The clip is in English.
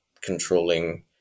controlling